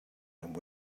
and